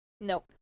nope